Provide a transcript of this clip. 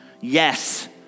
yes